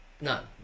None